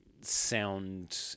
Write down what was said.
sound